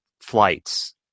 flights